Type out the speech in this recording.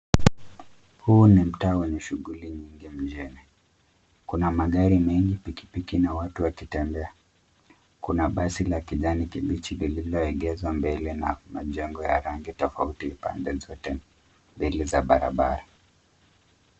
Huu ni mtaa wenye shughuli nyingi mjini, kuna magari mengi, pikipiki, na watu wakitembea. Kuna basi la kijani kibichi lililoegezwa mbele na majengo ya rangi tofauti, pande zote mbili za barabara.